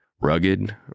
Rugged